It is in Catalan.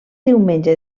diumenge